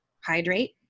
hydrate